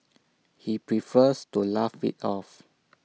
he prefers to laugh IT off